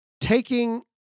taking